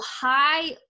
high